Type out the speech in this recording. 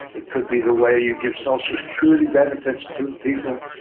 it could be the way you give social security benefits to people.